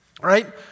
Right